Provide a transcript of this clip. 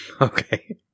Okay